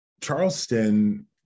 Charleston